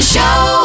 Show